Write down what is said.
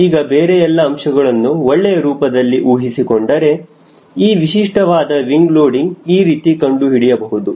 ಈಗ ಬೇರೆ ಎಲ್ಲ ಅಂಶಗಳನ್ನು ಒಳ್ಳೆಯ ರೂಪದಲ್ಲಿ ಊಹಿಸಿಕೊಂಡರೆ ಈ ವಿಶಿಷ್ಟವಾದ ವಿಂಗ ಲೋಡಿಂಗ್ ಈ ರೀತಿ ಕಂಡುಹಿಡಿಯಬಹುದು